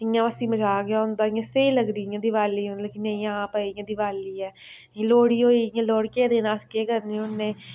इ'यां हसीं मज़ाक गै होंदा इ'यां स्हेई लगदी इ'यां दिवाली मतलब कि नेईं हां भई कि इ'यां दिवाली ऐ इ'यां लोह्ड़ी होई गेई इ'यां लोह्ड़ियै दिनें अस केह् करने होन्ने